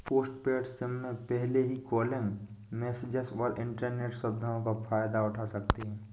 postpaid sim में पहले ही कॉलिंग, मैसेजस और इन्टरनेट सुविधाओं का फायदा उठा सकते हैं